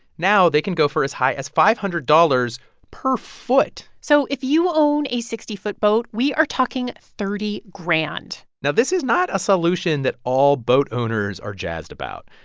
now they can go for as high as five hundred dollars per foot so if you own a sixty foot boat, we are talking thirty grand now, this is not a solution that all boat owners are jazzed about.